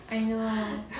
I know lah